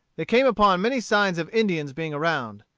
they came upon many signs of indians being around.